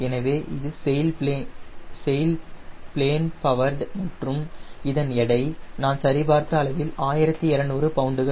எனவே இது sail plane powered மற்றும் இதன் எடை நான் சரி பார்த்த அளவில் 1200 பவுண்டுகள்